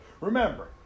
Remember